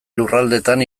lurraldeetan